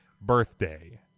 birthday